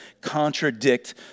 contradict